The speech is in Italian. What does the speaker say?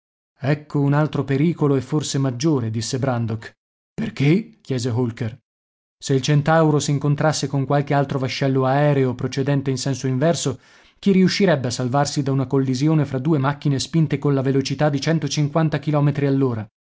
ecco un altro pericolo e forse maggiore disse brandok perché chiese holker se il centauro s'incontrasse con qualche altro vascello aereo procedente in senso inverso chi riuscirebbe a salvarsi da una collisione fra due macchine spinte colla velocità di centocinquanta chilometri